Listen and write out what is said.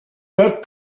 that